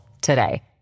today